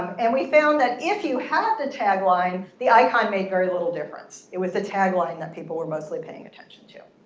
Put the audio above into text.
and we found that if you had the tag line, the icon made very little difference. it was the tag line that people were mostly paying attention to.